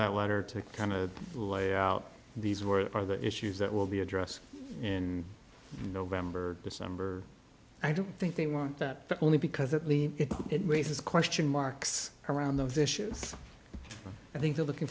water to kind of lay out these were the issues that will be addressed in november december i don't think they want that only because it really raises question marks around those issues i think they're looking